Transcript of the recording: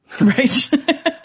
Right